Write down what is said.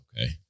okay